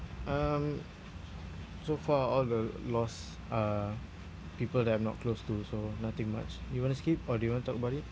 um so far all the loss uh people that I'm not close to so nothing much you wanna skip or do you wanna talk about it